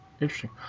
Interesting